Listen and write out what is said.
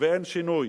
ואין שינוי.